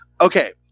Okay